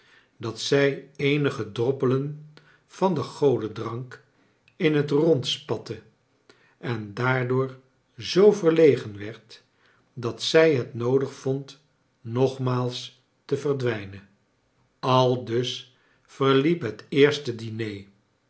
dat zij eenige droppelen van den godendrank in het rond spatte en daardoor zoo verlegen werd dat zij het noodig vond nogmaals te verdwijnen aldus verliep het eerste diner